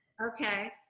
okay